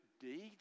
deeds